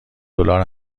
دلار